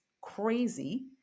crazy